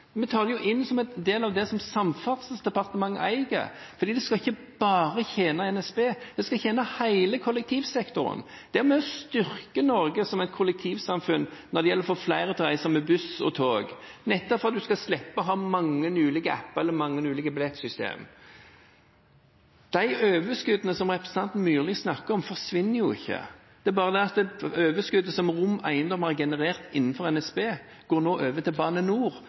tar det jo inn som en del av det som Samferdselsdepartementet eier, for det skal ikke bare tjene NSB, det skal tjene hele kollektivsektoren. Det er med på å styrke Norge som et kollektivsamfunn når det gjelder å få flere til å reise med buss og tog, nettopp for at en skal slippe å ha mange ulike apper og mange ulike billettsystem. De overskuddene som representanten Myrli snakker om, forsvinner ikke. Det er bare det at det overskuddet som ROM Eiendom har generert innenfor NSB, nå går over til Bane NOR,